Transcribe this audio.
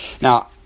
Now